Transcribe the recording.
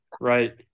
Right